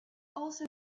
also